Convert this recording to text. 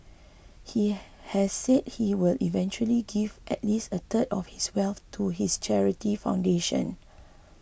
he has said he will eventually give at least a third of his wealth to his charity foundation